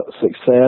success